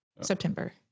September